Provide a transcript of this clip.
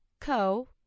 co